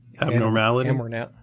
abnormality